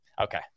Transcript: okay